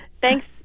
Thanks